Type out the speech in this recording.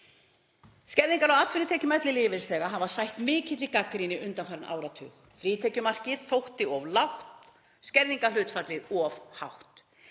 Skerðingar á atvinnutekjum ellilífeyrisþega hafa sætt mikilli gagnrýni undanfarinn áratug. Frítekjumarkið þótti of lágt, skerðingarhlutfallið of hátt.